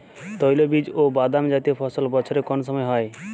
তৈলবীজ ও বাদামজাতীয় ফসল বছরের কোন সময় হয়?